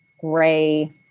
gray